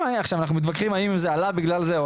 אם נניח עכשיו אנחנו מתווכחים האם זה עלה בגלל זה או